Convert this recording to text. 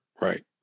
right